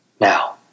Now